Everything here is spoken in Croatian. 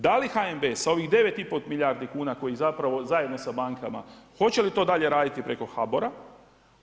Da li HNB sa ovih 9 i pol milijardi kuna koji zapravo zajedno sa bankama, hoće li to dalje raditi preko HBOR-a.